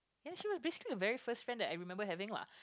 and she was basically the very first friend that I remember having laugh